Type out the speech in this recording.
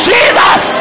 Jesus